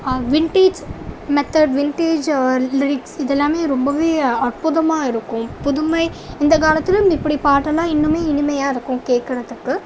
vintage method vintage lyrics இதெல்லாம் ரொம்பவே அற்புதமாக இருக்கும் புதுமை இந்த காலத்திலயும் இப்படி பாட்டெலாம் இன்னுமே இனிமையாக இருக்கும் கேட்கறதுக்கு